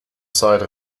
site